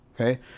okay